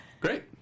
Great